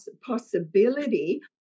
possibility